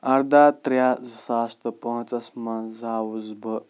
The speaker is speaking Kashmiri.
اَردہ ترٛےٚ زٕ ساس تہٕ پانٛژَس منٛز زاوُس بہٕ